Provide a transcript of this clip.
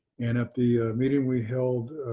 and at the meeting we held